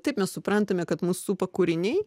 taip mes suprantame kad mus supa kūriniai